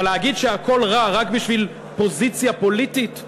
אבל להגיד שהכול רע רק בשביל פוזיציה פוליטית,